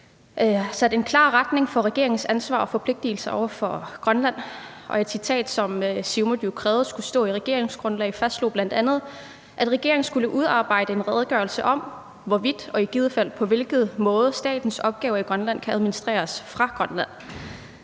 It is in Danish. sat en klar retning for regeringens ansvar og forpligtigelse over for Grønland, og et citat, som Siumut jo krævede skulle stå i regeringsgrundlaget, fastslog bl.a., at regeringen skulle udarbejde en redegørelse om, hvorvidt og i givet fald på hvilken måde statens opgaver i Grønland kan administreres fra Grønland.